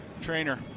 trainer